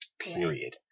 Period